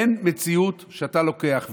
אין מציאות שאתה לוקח,